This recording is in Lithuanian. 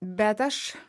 bet aš